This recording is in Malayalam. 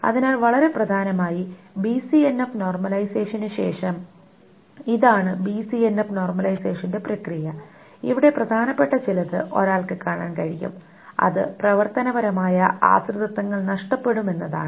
അതിനാൽ വളരെ പ്രധാനമായി ബിസിഎൻഎഫ് നോർമലൈസേഷന് ശേഷം ഇതാണ് ബിസിഎൻഎഫ് നോർമലൈസേഷന്റെ പ്രക്രിയ ഇവിടെ പ്രധാനപ്പെട്ട ചിലത് ഒരാൾക്ക് കാണാൻ കഴിയും അത് പ്രവർത്തനപരമായ ആശ്രിതത്വങ്ങൾ നഷ്ടപ്പെടുമെന്നതാണ്